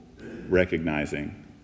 recognizing